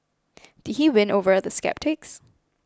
did he win over the sceptics